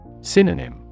Synonym